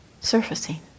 surfacing